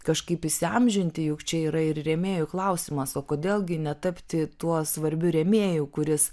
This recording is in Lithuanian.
kažkaip įsiamžinti juk čia yra ir rėmėjų klausimas o kodėl gi netapti tuo svarbiu rėmėju kuris